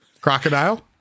Crocodile